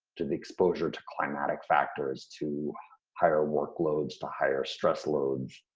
to the exposure to climatic factors, to higher workloads, to higher stress loads.